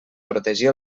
protegir